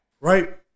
right